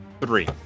Three